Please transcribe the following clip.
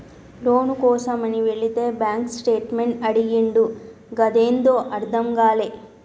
లోను కోసమని వెళితే bank statement అడిగిండు గదేందో అర్థం గాలే